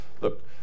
look